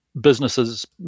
businesses